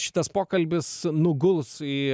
šitas pokalbis nuguls į